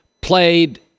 played